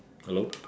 hello